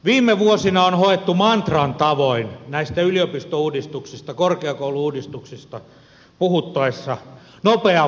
viime vuosina on hoettu mantran tavoin näistä yliopisto ja korkeakoulu uudistuksista puhuttaessa nopean valmistumisen tärkeyttä